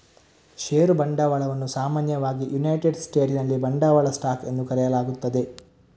ಷೇರು ಬಂಡವಾಳವನ್ನು ಸಾಮಾನ್ಯವಾಗಿ ಯುನೈಟೆಡ್ ಸ್ಟೇಟ್ಸಿನಲ್ಲಿ ಬಂಡವಾಳ ಸ್ಟಾಕ್ ಎಂದು ಕರೆಯಲಾಗುತ್ತದೆ